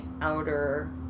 outer